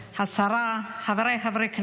השרה, חבריי חברי הכנסת,